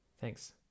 Thanks